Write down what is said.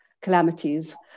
calamities